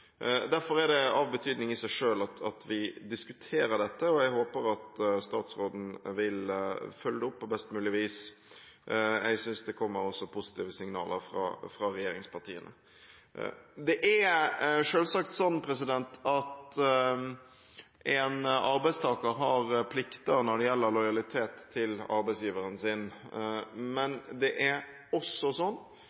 Derfor er det av betydning i seg selv at vi diskuterer dette, og jeg håper at statsråden vil følge opp på best mulig vis. Jeg synes det også kommer positive signaler fra regjeringspartiene. Det er selvsagt sånn at en arbeidstaker har plikter når det gjelder lojalitet til arbeidsgiveren sin, men